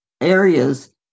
areas